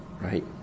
right